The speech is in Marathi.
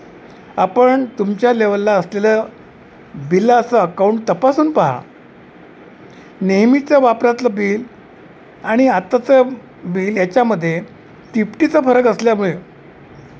आपण तुमच्या लेवलला असलेल्या बिलाचं अकाऊंट तपासून पहा नेहमीचा वापरातलं बिल आणि आत्ताचं बिल याच्यामध्ये तिपटीचा फरक असल्यामुळे